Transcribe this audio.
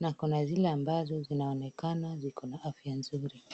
na kuna zile ambazo zinaoneka zikona afia nzuri.